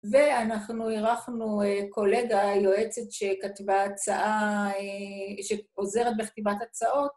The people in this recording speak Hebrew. ואנחנו אירחנו קולגה יועצת שכתבה הצעה, שעוזרת בכתיבת הצעות.